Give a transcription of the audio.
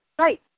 Right